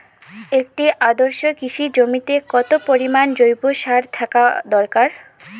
একটি আদর্শ কৃষি জমিতে কত পরিমাণ জৈব সার থাকা দরকার?